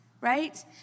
right